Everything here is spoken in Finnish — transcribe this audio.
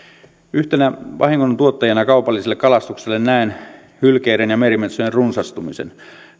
yhtenä vahingontuottajana kaupalliselle kalastukselle näen hylkeiden ja merimetsojen runsastumisen